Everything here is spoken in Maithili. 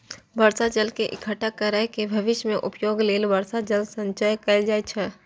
बर्षा जल के इकट्ठा कैर के भविष्य मे उपयोग लेल वर्षा जल संचयन कैल जाइ छै